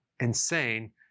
insane